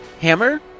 hammer